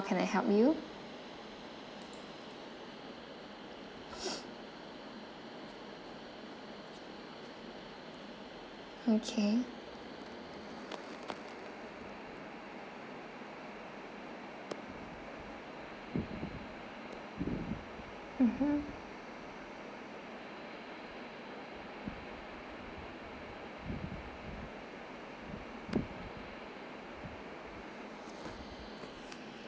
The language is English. can I help you okay mmhmm